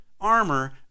armor